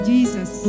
Jesus